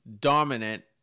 dominant